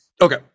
Okay